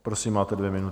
Prosím, máte dvě minuty.